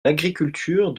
l’agriculture